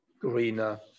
greener